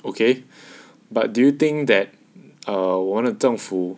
okay but do you think that err 我们的政府